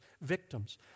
victims